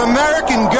American